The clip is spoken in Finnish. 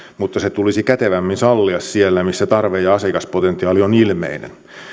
mutta se tulisi kätevämmin sallia siellä missä tarve ja asiakaspotentiaali ovat ilmeisiä